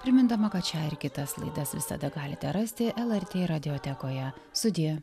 primindama kad šią ir kitas laidas visada galite rasti lrt radiotekoje sudie